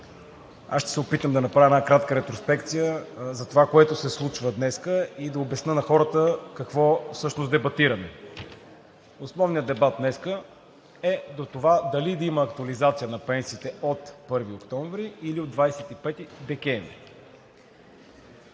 аз ще се опитам да направя една кратка ретроспекция за това, което се случва днес, и да обясня на хората какво всъщност дебатираме. Основният дебат днес е за това дали да има актуализация на пенсиите от 1 октомври, или от 25 декември.